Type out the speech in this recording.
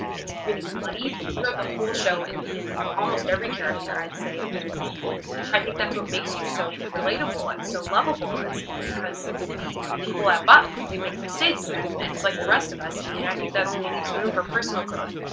it's really muddied throughout the whole show and in almost every character i'd say. and i think that's what makes you so relatable and so lovable is because people f up. they make mistakes and it's like the rest of us. and i think that only leaves room for personal growth.